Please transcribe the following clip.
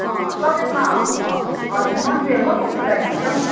तपाईँकोमा हजुर मटेरिएल कस्तो कस्तो टाइपमा छ हौ